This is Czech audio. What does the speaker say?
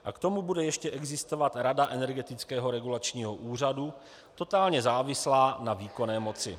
A k tomu bude ještě existovat rada Energetického regulačního úřadu, totálně závislá na výkonné moci.